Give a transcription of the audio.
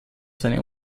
seine